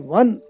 one